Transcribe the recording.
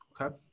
Okay